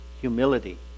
humility